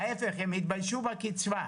להפך, הם התביישו מהקצבה.